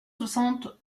soixante